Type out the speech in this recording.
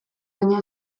baina